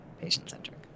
patient-centric